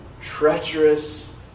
treacherous